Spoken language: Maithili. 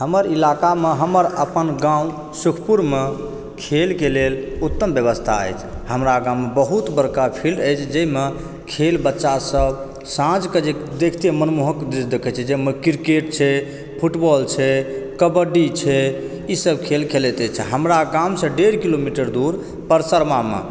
हमर इलाकामऽ हमर अपन गाँव सुखपुरमऽ खेलके लेल उत्तम व्यवस्था अछि हमरा गाँवमे बहुत बड़का फील्ड अछि जैमे खेल बच्चा सब साँझकऽ जे देखते मनमोहक दृश्य देखै छियै जैमे क्रिकेट छै फुटबॉल छै कबड्डी छै ई सब खेल खेलैत अछि हमरा गामसे डेढ़ किलोमीटर दूर परसरमामऽ